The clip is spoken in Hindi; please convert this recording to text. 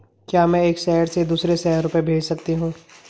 क्या मैं एक शहर से दूसरे शहर रुपये भेज सकती हूँ?